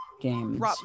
Games